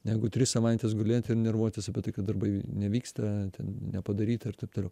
negu tris savaites gulėti ir nervuotis apie tai kad darbai nevyksta ten nepadaryta ir taip toliau